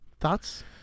Thoughts